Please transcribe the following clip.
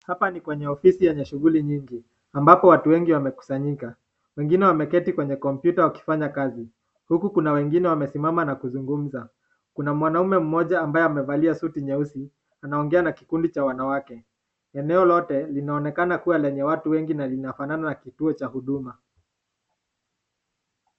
Hapa ni kwenye ofisi yenye shughuli nyingi, ambapo watu wengi wamekusanyika. Wengine wameketi kwenye kompyuta wakifanya kazi, huku kuna wengine wamesimana na kuzungumza. Kuna mwanaume mmoja ambaye amevalia suti nyeusi anaongea na kikundi cha wanawake. Eneo lote linaonekana kuwa lenye watu wengi na linafanana na kituo cha huduma.